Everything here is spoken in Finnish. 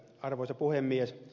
arvoisa puhemies